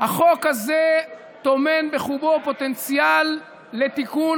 החוק הזה טומן בחובו פוטנציאל לתיקון